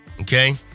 Okay